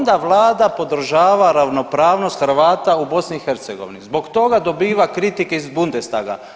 Onda Vlada podržava ravnopravnost Hrvata u BiH, zbog toga dobiva kritike iz Bundestaga.